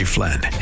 Flynn